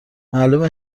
معلومه